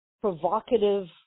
provocative